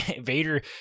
vader